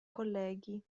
colleghi